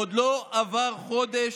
עוד לא עבר חודש,